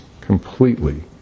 completely